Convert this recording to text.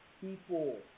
people